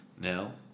Now